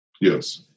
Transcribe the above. Yes